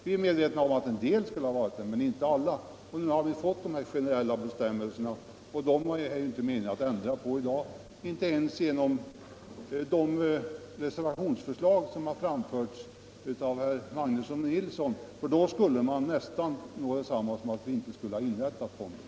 Vi är medvetna om att en del skulle ha varit det men inte alla. Nu har vi fått dessa generella bestämmelser, och dem är det inte meningen att ändra på i dag — inte ens genom de reservationsförslag som har framförts av herrar Magnusson i Borås och Nilsson i Trobro — för det skulle nästan innebära detsamma som att vi inte inrättat fonderna.